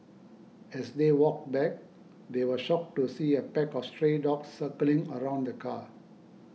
as they walked back they were shocked to see a pack of stray dogs circling around the car